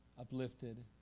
uplifted